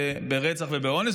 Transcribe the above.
ברצח ובאונס,